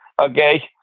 Okay